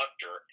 doctor